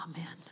Amen